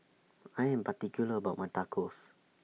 I Am particular about My Tacos